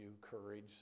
courage